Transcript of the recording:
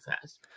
fast